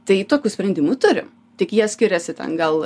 tai tokių sprendimų turim tik jie skiriasi ten gal